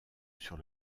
sur